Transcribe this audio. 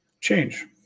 Change